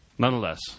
Nonetheless